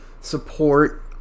support